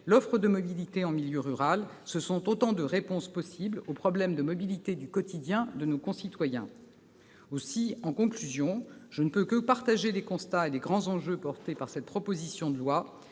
l'offre de mobilité en milieu rural, ce sont autant de réponses possibles aux problèmes de mobilité du quotidien de nos concitoyens. Aussi, en conclusion, je ne puis que partager les constats et les grands enjeux portés par cette proposition de loi.